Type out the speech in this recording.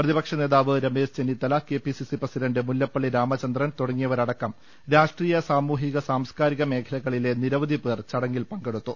പ്രതിപക്ഷനേതാവ് Ramesh Chennithala KPCC president Mullappally Ramachandran തുടങ്ങിയവരടക്കം രാഷ്ട്രീയ സാമൂഹിക സാംസ്കാരിക മേഖലകളിലെ നിരവധിപേർ ചടങ്ങിൽ പങ്കെടുത്തു